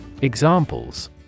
Examples